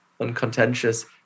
uncontentious